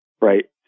Right